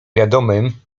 wiadomym